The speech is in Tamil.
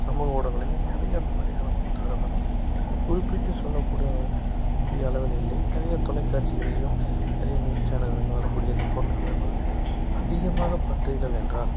சமூக ஊடகங்களிலும் நிறைய இந்தமாரியான ஃபோட்டோகிராஃபர்கள் ஒரு குறிப்பிட்டு சொல்லக்கூடிய கூடிய அளவில் இல்லை நிறைய தொலைக்காட்சிகளிலையோ நிறைய நியூஸ் சேனல்கள் வரக்கூடிய இந்த ஃபோட்டோகிராஃப்கள் அதிகமாக பார்த்தீர்கள் என்றால்